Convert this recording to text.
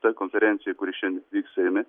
ta konferencija kuri šiandien vyks seime